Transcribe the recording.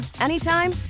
anytime